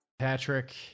Patrick